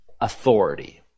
authority